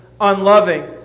unloving